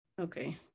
okay